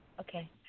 Okay